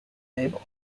label